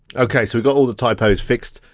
okay, so we got all the typos fixed.